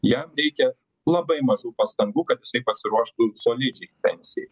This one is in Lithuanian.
jam reikia labai mažų pastangų kad jisai pasiruoštų solidžiai pensijai